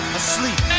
asleep